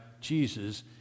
Jesus